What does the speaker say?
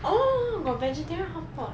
oh got vegetarian hotpot